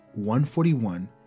141